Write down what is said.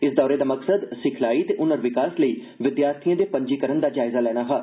इस दौरे दा मकसद सिखलाई ते हुनर विकास लेई विद्यार्थिएं दे पंजीकरण दा जायजा लैना हा